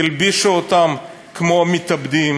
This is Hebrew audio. הלבישו אותם כמו מתאבדים,